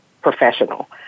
professional